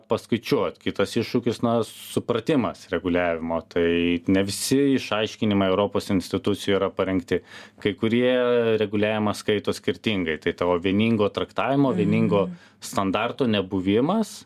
paskaičiuot kitas iššūkis na supratimas reguliavimo tai ne visi išaiškinimai europos institucijų yra parengti kai kurie reguliavimą skaito skirtingai tai to va vieningo traktavimo vieningo standarto nebuvimas